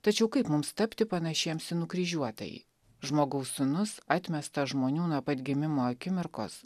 tačiau kaip mums tapti panašiems į nukryžiuotąjį žmogaus sūnus atmestą žmonių nuo pat gimimo akimirkos